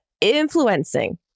influencing